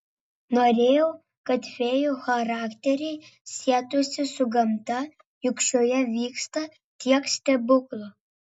norėjau kad fėjų charakteriai sietųsi su gamta juk šioje vyksta tiek stebuklų